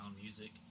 Music